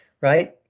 right